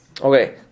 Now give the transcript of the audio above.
Okay